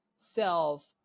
self